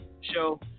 show